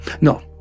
No